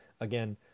Again